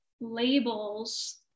labels